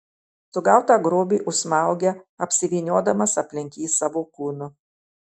sugautą grobį užsmaugia apsivyniodamas aplink jį savo kūnu